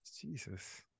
Jesus